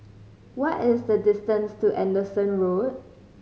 what is the distance to Anderson Road